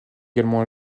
également